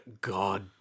god